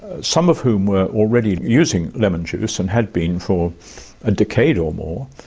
some of whom were already using lemon juice and had been for a decade or more,